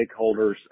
stakeholders